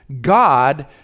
God